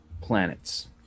planets